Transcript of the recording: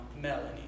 Melanie